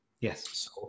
Yes